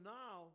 now